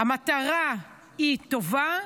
המטרה היא טובה,